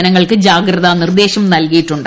ജനങ്ങൾക്ക് ജാഗ്രതാ നിർദ്ദേശം നൽകിയിട്ടുണ്ട്